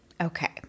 Okay